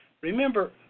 Remember